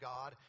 God